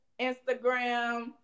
Instagram